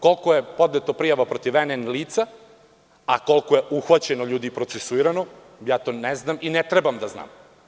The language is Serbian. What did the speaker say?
Koliko je podneto prijava NN lica, a koliko je ljudi uhvaćeno i procesuirano, to ne znam i ne treba da znam.